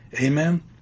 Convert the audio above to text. amen